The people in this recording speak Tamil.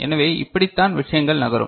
எனவே இப்படித்தான் விஷயங்கள் நகரும்